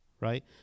right